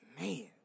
Man